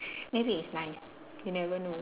maybe it's nice you never know